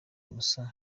musa